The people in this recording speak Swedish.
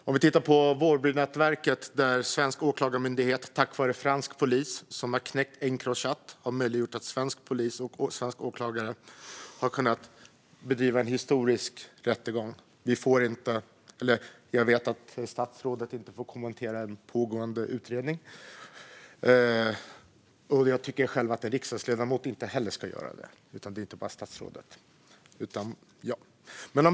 När det gäller Vårbynätverket har den franska polisen, som har knäckt Encrochat, möjliggjort för svensk polis och svensk åklagare att bedriva en historisk rättegång, även om jag vet att statsrådet inte får kommentera en pågående utredning. Jag tycker själv att inte heller en riksdagsledamot ska göra det, så det är inte bara statsrådet.